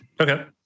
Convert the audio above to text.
Okay